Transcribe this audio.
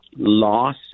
Loss